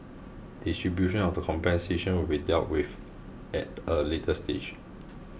distribution of the compensation will be dealt with at a later stage